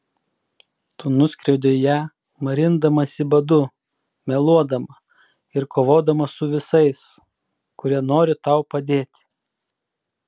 tu nuskriaudei ją marindamasi badu meluodama ir kovodama su visais kurie nori tau padėti